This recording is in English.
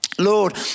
Lord